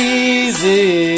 easy